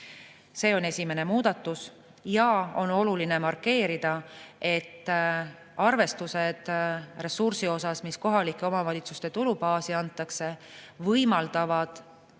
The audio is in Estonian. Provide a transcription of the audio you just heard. See on esimene muudatus ja on oluline markeerida, et arvestused ressursi osas, mis kohalike omavalitsuste tulubaasi antakse, võimaldavad